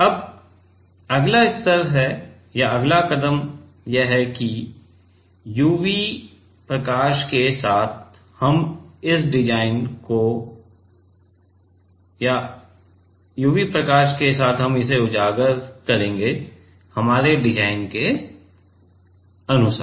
अब अगला स्तर है अगला कदम यह है कि यूवी प्रकाश के साथ उजागर करें हमारे डिजाइन के अनुसार